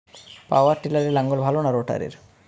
পাওয়ার টিলারে লাঙ্গল ভালো না রোটারের?